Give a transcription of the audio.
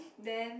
then